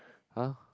!huh!